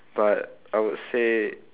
but I would say